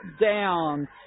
down